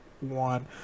one